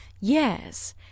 yes